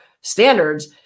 standards